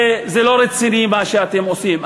זה לא רציני, מה שאתם עושים.